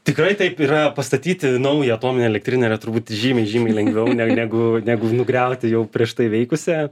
tikrai taip yra pastatyti naują atominę elektrinę yra turbūt žymiai žymiai lengviau ne negu negu nugriauti jau prieš tai veikusią